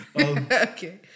okay